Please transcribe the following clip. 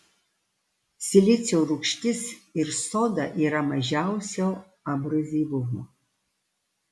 silicio rūgštis ir soda yra mažiausio abrazyvumo